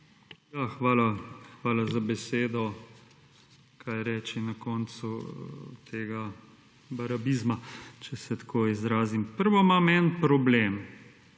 Hvala za besedo. Kaj reči na koncu tega barabizma, če se tako izrazim. Prvo imam eden problem.